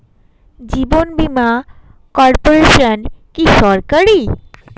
জীবন বীমা কর্পোরেশন কি সরকারি?